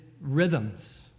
Rhythms